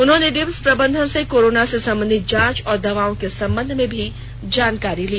उन्होंने रिम्स प्रबंधन से कोरोना से संबंधित जांच और दवाओं के संबंध में भी जानकारी ली